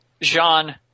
Jean